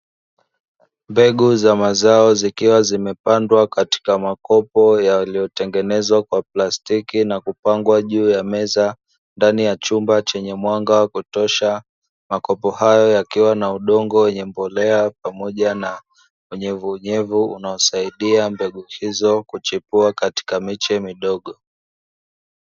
Mbegu za mazao zikiwa zimepandwa katika makopo yaliyotengenezwa kwa plastiki na kupangwa juu ya meza ndani ya chumba chenye mwanga wa kutosha, makopo hayo yakiwa na udongo wenye mbolea pamoja na unyevunyevu unaosaidia mbegu hizo kuchipua katika miche midogo.